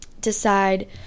decide